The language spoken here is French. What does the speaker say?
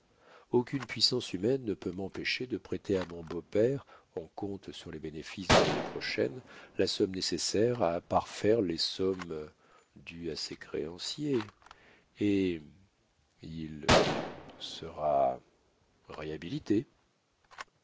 aucune puissance humaine ne peut m'empêcher de prêter à mon beau-père en compte sur les bénéfices de l'année prochaine la somme nécessaire à parfaire les sommes dues à ses créanciers et il sera